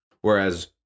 whereas